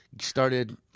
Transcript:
Started